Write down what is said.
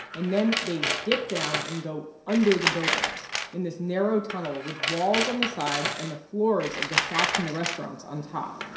and then they dip down and go under the buildings in this narrow tunnel with walls on the sides and the floors of the shops and the restaurants on top